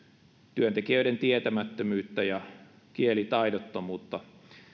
työntekijöiden tietämättömyyttä ja kielitaidottomuutta